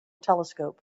telescope